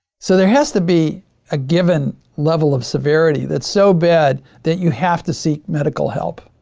so there has to be a given level of severity, that's so bad that you have to seek medical help.